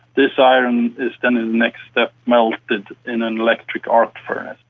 this iron is then in the next step melted in an electric arc furnace.